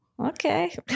Okay